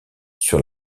sur